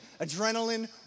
Adrenaline